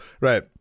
Right